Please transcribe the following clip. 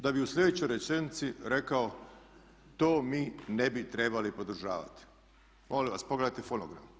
Da bi u sljedećoj rečenici rekao: "To mi ne bi trebali podržavati." Molim vas, pogledajte fonogram.